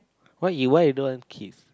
why you why you don't want kids